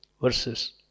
verses